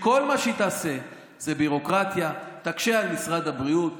שכל מה שהיא תעשה זו ביורוקרטיה שתקשה על משרד הבריאות.